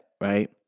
right